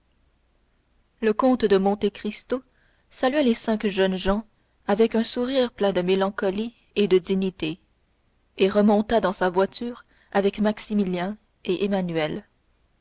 le comte de monte cristo salua les cinq jeunes gens avec un sourire plein de mélancolie et de dignité et remonta dans sa voiture avec maximilien et emmanuel